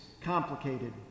complicated